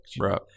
Right